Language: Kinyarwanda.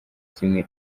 kimwe